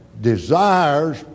desires